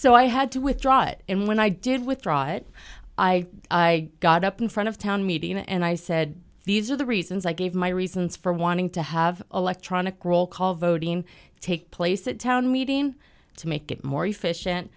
so i had to withdraw it and when i did withdraw it i i got up in front of town meeting and i said these are the reasons i gave my reasons for wanting to have electronic roll call vote take place at town meeting to make it more efficient